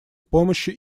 помощи